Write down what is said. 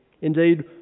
Indeed